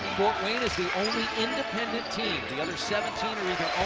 fort wayne is the only independent team. the other seventeen are either